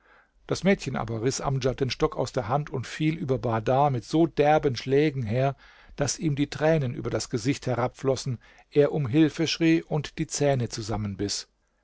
das mädchen aber riß amdjad den stock aus der hand und fiel über bahdar mit so derben schlägen her daß ihm die tränen über das gesicht herabflossen er um hilfe schrie und die zähne zusammenbiß